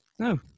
No